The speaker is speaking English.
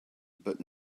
but